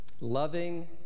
loving